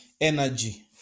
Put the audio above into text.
energy